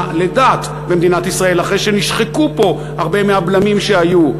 לדת במדינת ישראל אחרי שנשחקו פה הרבה מהבלמים שהיו,